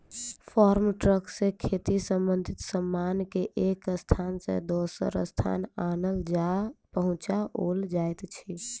farm truck सॅ खेती संबंधित सामान के एक स्थान सॅ दोसर स्थान आनल आ पहुँचाओल जाइत अछि